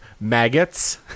maggots